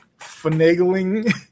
finagling